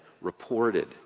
reported